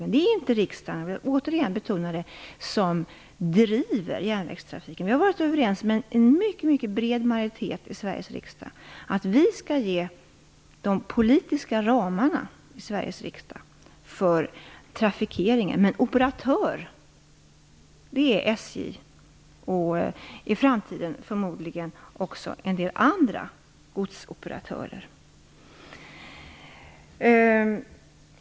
Jag vill återigen betona att det inte är riksdagen som driver järnvägstrafiken. Vi har haft en mycket bred majoritet i Sveriges riksdag för att vi här skall ange de politiska ramarna för trafikeringen, men det är SJ som är operatör. I framtiden blir det förmodligen också en del andra tåggodsoperatörer.